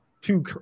two